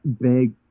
big